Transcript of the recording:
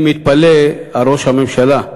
אני מתפלא על ראש הממשלה,